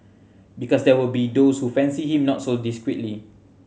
because there will be those who fancy him not so discreetly